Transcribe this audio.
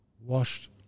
washed